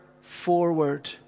forward